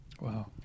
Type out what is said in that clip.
Wow